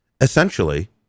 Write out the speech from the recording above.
Essentially